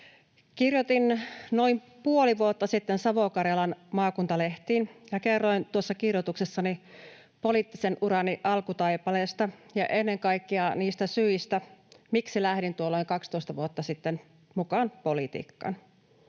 Kirjoitin noin puoli vuotta sitten Savo-Karjalan maakuntalehtiin ja kerroin tuossa kirjoituksessani poliittisen urani alkutaipaleesta ja ennen kaikkea niistä syistä, miksi lähdin tuolloin 12 vuotta sitten mukaan politiikkaan.